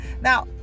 Now